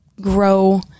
grow